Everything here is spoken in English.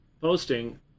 posting